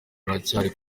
ruracyari